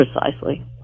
Precisely